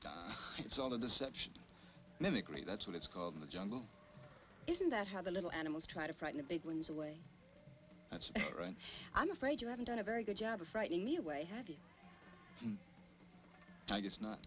do it's all the deception mimicry that's what it's called in the jungle isn't that how the little animals try to frighten a big wins away that's right i'm afraid you haven't done a very good job of frightening me away